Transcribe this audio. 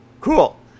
cool